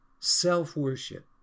Self-worship